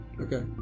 Okay